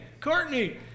Courtney